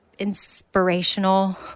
inspirational